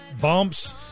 bumps